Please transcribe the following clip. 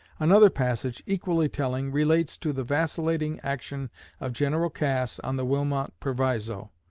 another passage, equally telling, relates to the vacillating action of general cass on the wilmot proviso.